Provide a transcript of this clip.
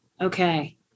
Okay